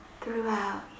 throughout